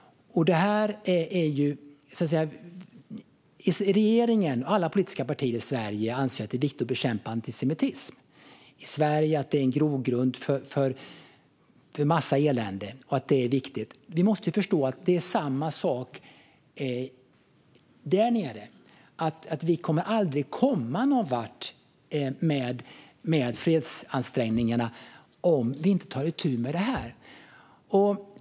Regeringen och alla politiska partier i Sverige anser att det är viktigt att bekämpa antisemitism. I Sverige anses det vara en grogrund för en massa elände och att det är viktigt att bekämpa antisemitismen. Vi måste förstå att det är samma sak där nere. Vi kommer aldrig att komma någonvart med fredsansträngningarna om vi inte tar itu med detta.